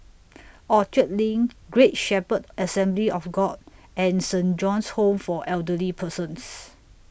Orchard LINK Great Shepherd Assembly of God and Saint John's Home For Elderly Persons